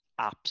apps